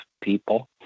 people